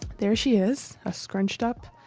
there she is a scrunched up.